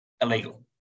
illegal